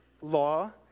law